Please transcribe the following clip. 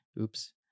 Oops